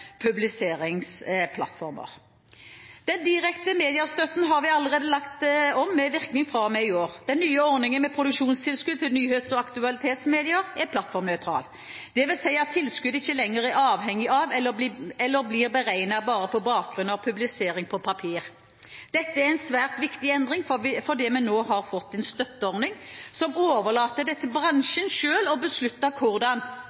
publiseringsplattformer. Den direkte mediestøtten har vi allerede lagt om med virkning fra og med i år. Den nye ordningen med produksjonstilskudd til nyhets- og aktualitetsmedier er plattformnøytral. Det vil si at tilskudd ikke lenger er avhengig av eller blir beregnet bare på bakgrunn av publisering på papir. Dette er en svært viktig endring, fordi vi nå har fått en støtteordning som overlater det til bransjen selv å beslutte hvordan